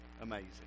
amazing